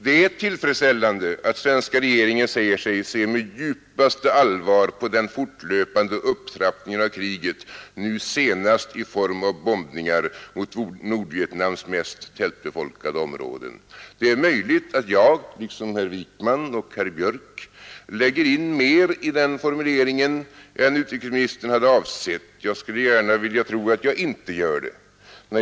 Det är också tillfredsställande att läsa: ”Svenska regeringen ser med djupaste allvar på den fortlöpande upptrappningen av kriget, nu senast i form av bombningar mot Nordvietnams mest tätbefolkade områden.” Det är möjligt att jag liksom herr Wijkman och herr Björck i Nässjö lägger in mer i den formuleringen än vad herr utrikesministern har avsett. Jag vill emellertid tro att jag inte gör det.